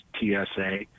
TSA